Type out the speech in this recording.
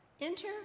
Enter